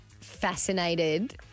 fascinated